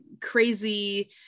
crazy